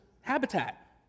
habitat